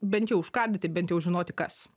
bent jau užkardyti bent jau žinoti kas